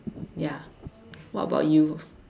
ya what about you